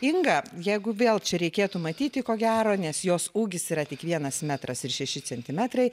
inga jeigu vėl čia reikėtų matyti ko gero nes jos ūgis yra tik vienas metras ir šeši centimetrai